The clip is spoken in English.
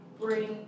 bring